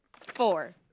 Four